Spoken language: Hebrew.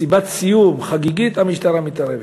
מסיבת סיום חגיגית, המשטרה מתערבת.